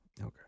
Okay